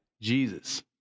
Jesus